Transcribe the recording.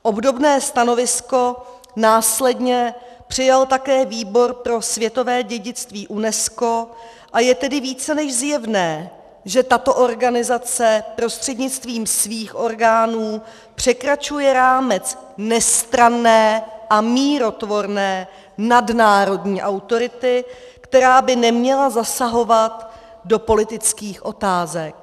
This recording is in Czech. Obdobné stanovisko následně přijal také Výbor pro světové dědictví UNESCO, a je tedy více než zjevné, že tato organizace prostřednictvím svých orgánů překračuje rámec nestranné a mírotvorné nadnárodní autority, která by neměla zasahovat do politických otázek.